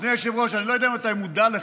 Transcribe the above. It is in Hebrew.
אדוני היושב-ראש, אני לא יודע אם אתה מודע לכך,